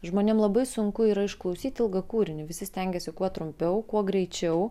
žmonėm labai sunku yra išklausyt ilgą kūrinį visi stengiasi kuo trumpiau kuo greičiau